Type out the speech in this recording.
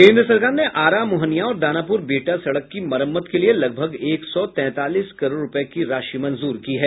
केन्द्र सरकार ने आरा मोहनिया और दानापूर बिहटा सड़क की मरम्मत के लिए लगभग एक सौ तैंतालीस करोड़ रूपये की राशि मंजूर की है